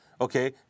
Okay